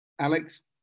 Alex